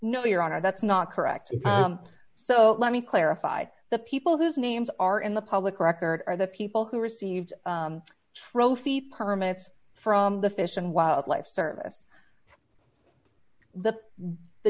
no your honor that's not correct so let me clarify the people whose names are in the public record are the people who received trophy permits from the fish and wildlife service the the